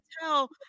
tell